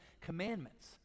Commandments